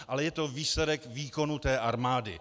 Ale je to výsledek výkonu té armády.